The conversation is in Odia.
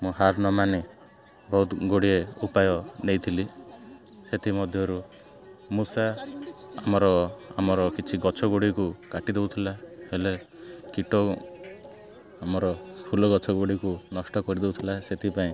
ମୁଁ ହାର ନ ମାନି ବହୁତ ଗୁଡ଼ିଏ ଉପାୟ ନେଇଥିଲି ସେଥିମଧ୍ୟରୁ ମୂଷା ଆମର ଆମର କିଛି ଗଛ ଗୁଡ଼ିକୁ କାଟି ଦେଉଥିଲା ହେଲେ କୀଟ ଆମର ଫୁଲ ଗଛଗୁଡ଼ିକୁ ନଷ୍ଟ କରିଦେଉଥିଲା ସେଥିପାଇଁ